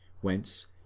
whence